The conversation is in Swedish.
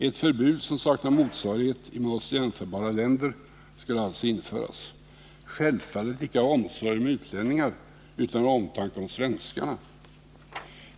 Ett förbud som saknar motsvarighet i med oss jämförbara länder skulle alltså införas — självfallet icke av omsorg om utlänningar utan av omtanke om svenskarna.